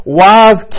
wise